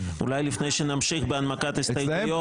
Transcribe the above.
אולי לפני שנמשיך בהנמקת ההסתייגויות